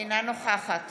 אינה נוכחת